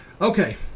Okay